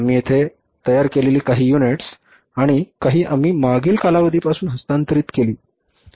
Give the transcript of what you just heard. आम्ही येथे तयार केलेली काही युनिट्स आणि काही आम्ही मागील कालावधीपासून हस्तांतरित केली